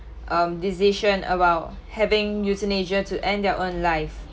um decision about having euthanasia to end their own life